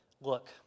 look